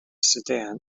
sedan